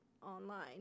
online